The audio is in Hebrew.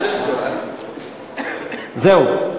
זהו.